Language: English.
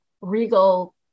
regal